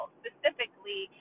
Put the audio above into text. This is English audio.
specifically